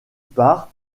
part